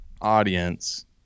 audience